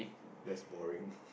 that's boring